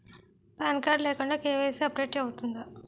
Pan card లేకుండా KYC update అవుతుందా?